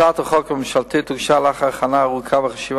הצעת החוק הממשלתית הוגשה לאחר הכנה ארוכה וחשיבה